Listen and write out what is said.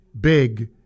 big